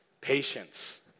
patience